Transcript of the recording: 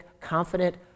confident